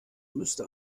müsste